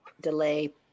delay